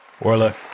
Orla